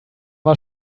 war